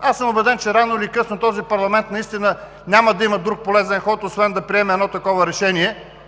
Аз съм убеден, че рано или късно този парламент наистина няма да има друг полезен ход, освен да приеме едно такова решение,